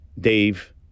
Dave